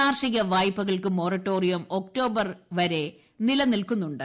കാർഷിക വായ്പകൾക്ക് moratorium October വരെ നിലനിൽക്കുന്നുണ്ട്